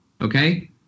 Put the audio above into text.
okay